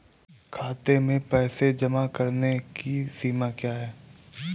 खाते में पैसे जमा करने की सीमा क्या है?